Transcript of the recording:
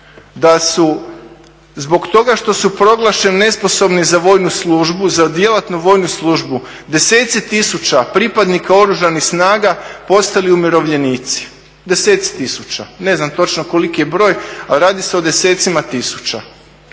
da su zbog toga što su proglašene nesposobne za vojnu službu, za djelatnu vojnu službu, deseci tisuća pripadnika oružanih snaga postali umirovljenici, deseci tisuća, ne znam točno koliki je broj, ali radi se o desecima tisuća.